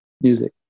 Music